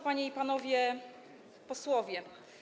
Panie i Panowie Posłowie!